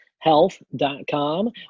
health.com